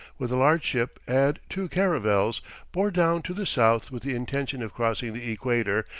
with a large ship and two caravels bore down to the south with the intention of crossing the equator,